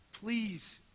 Please